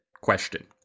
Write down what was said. question